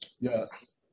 Yes